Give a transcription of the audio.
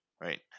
right